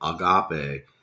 agape